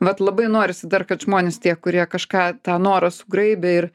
vat labai norisi dar kad žmonės tie kurie kažką tą norą sugraibė ir